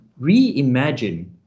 reimagine